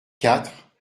quatre